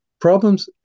problems